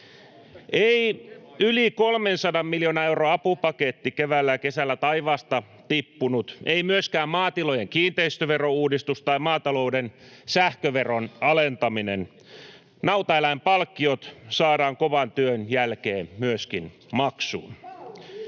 Ei yli 300 miljoonan euron apupaketti keväällä ja kesällä taivaasta tippunut, ei myöskään maatilojen kiinteistöverouudistus tai maatalouden sähköveron alentaminen. Myöskin nautaeläinpalkkiot saadaan kovan työn jälkeen maksuun.